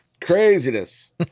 craziness